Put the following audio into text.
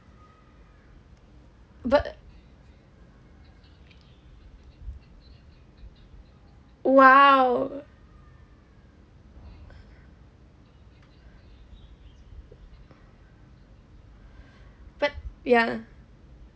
but !wow! but ya